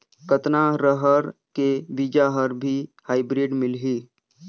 कतना रहर के बीजा हर भी हाईब्रिड मिलही?